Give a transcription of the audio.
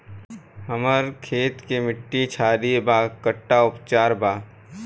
हमर खेत के मिट्टी क्षारीय बा कट्ठा उपचार बा?